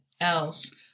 else